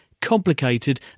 complicated